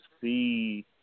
see